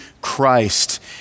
Christ